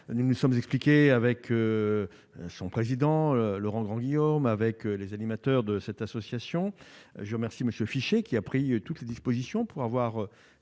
nous nous sommes expliqués avec son président Laurent Grandguillaume avec les animateurs de cette association, je vous remercie Monsieur qui a pris toutes les dispositions pour avoir